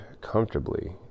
comfortably